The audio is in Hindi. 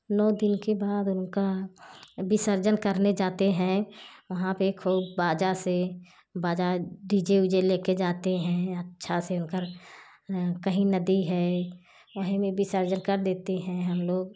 नौ दिन के बाद उनका विसर्जन करने जाते हैं वहाँ पर खूब बाजा से बाजा डी जे उजे ले कर जाते हैं अच्छा से उन कर कहीं नदी है वहीं में विसर्जन कर देते हैं हम लोग